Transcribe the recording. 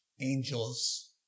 angels